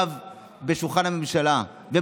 חברת הכנסת קרן ברק, ואז,